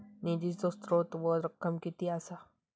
निधीचो स्त्रोत व रक्कम कीती असा?